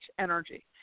energy